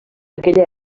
aquella